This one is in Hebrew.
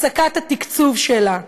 הפסקת התקצוב שלה.